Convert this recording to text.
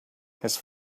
his